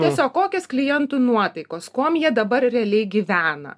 tiesiog kokios klientų nuotaikos kuom jie dabar realiai gyvena